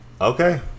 okay